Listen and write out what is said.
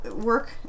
work